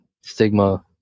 stigma